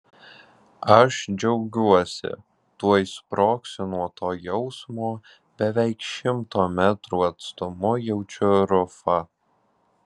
aš džiaugiuosi tuoj sprogsiu nuo to jausmo beveik šimto metrų atstumu jaučiu rufą